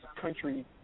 country